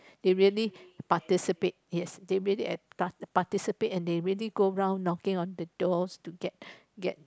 they really participate yes they really pa~ participate and they really go round knocking on the doors to get get